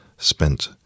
Spent